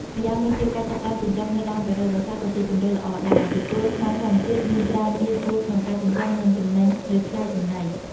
ម្យ៉ាងវិញទៀត ការចាប់ផ្តើមចិញ្ចឹមនៅដើមរដូវវស្សាក៏ជាជម្រើសល្អដែរ ពីព្រោះស្មៅធម្មជាតិមានច្រើនងាយស្រួលក្នុងការចិញ្ចឹមនិងចំណេញលើថ្លៃចំណី។